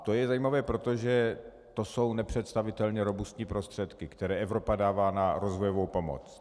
To je zajímavé proto, že to jsou nepředstavitelně robustní prostředky, které Evropa dává na rozvojovou pomoc.